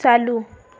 चालू